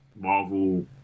Marvel